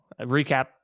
recap